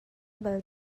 bal